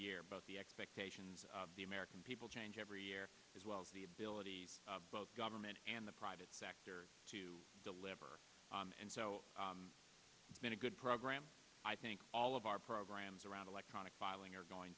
year but the expectations of the american people change every year as well as the ability of both government and the private sector to deliver and so in a good program i think all of our programs around electronic filing are going